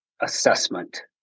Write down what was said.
assessment